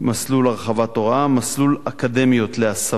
מסלול הרחבת הוראה, מסלול אקדמאיות להסבה,